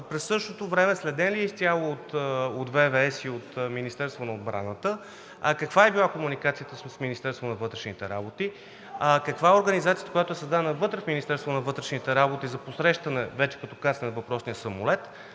През това време следен ли е изцяло от ВВС и от Министерството на отбраната? Каква е била комуникацията с Министерството на вътрешните работи? Каква е организацията, която е създадена вътре в Министерството на вътрешните работи, за посрещане, когато вече кацне въпросният самолет,